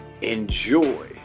Enjoy